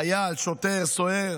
חייל, שוטר, סוהר